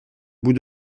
bout